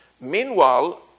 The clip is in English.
Meanwhile